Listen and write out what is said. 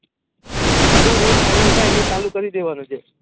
આપણો rate final થાય એટલે ચાલું કરી દેવાનું છે